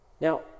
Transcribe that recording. Now